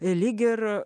religija ir